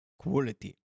quality